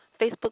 Facebook